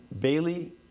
Bailey